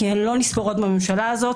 כי הן לא נספרות בממשלה הזאת.